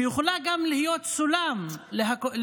שיכולה גם להיות סולם לקואליציה